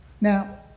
Now